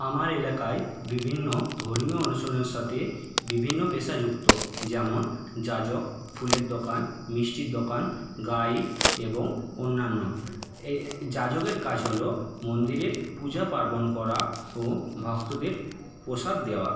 আমার এলাকায় বিভিন্ন ধর্মীয় অনুশীলনের সাথে বিভিন্ন পেশা যুক্ত যেমন যাজক ফুলের দোকান মিষ্টির দোকান গাইড এবং অন্যান্য এই যাজকের কাজ হল মন্দিরের পূজা পার্বণ করা ও ভক্তদের প্রসাদ দেওয়া